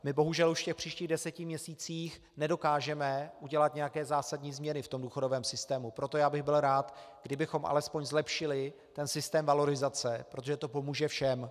My bohužel už v příštích deseti měsících nedokážeme udělat nějaké zásadní změny v důchodovém systému, proto bych byl rád, kdybychom alespoň zlepšili systém valorizace, protože to pomůže všem.